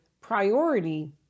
priority